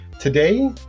Today